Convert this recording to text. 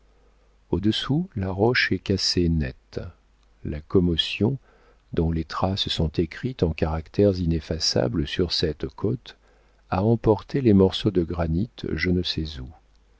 au-dessous la roche est cassée net la commotion dont les traces sont écrites en caractères ineffaçables sur cette côte a emporté les morceaux de granit je ne sais où